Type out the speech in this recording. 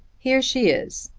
here she is,